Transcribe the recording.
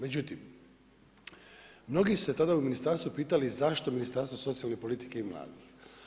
Međutim, mnogi su se tada u ministarstvu pitali zašto Ministarstvo socijalne politike i mladih.